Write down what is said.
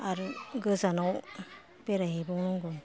आरो गोजानाव आरो बेरायहैबावनांगौ